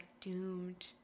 doomed